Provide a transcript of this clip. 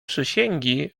przysięgi